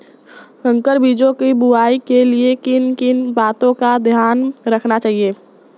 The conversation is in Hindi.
संकर बीजों की बुआई के लिए किन किन बातों का ध्यान रखना चाहिए?